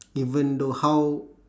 even though how